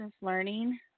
learning